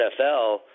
NFL –